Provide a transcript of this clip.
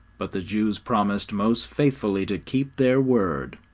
but the jews promised most faithfully to keep their word.